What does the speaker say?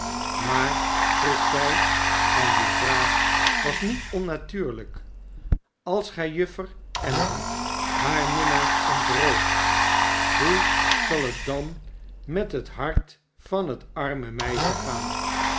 maar vroeg zij en die vraag was met onnatuurlijk als gij juffer emma haar minnaar ontrooft hoe zal het dan met het hart van het arme meisje gaan